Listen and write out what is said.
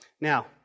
Now